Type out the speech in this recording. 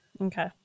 Okay